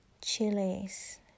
chilies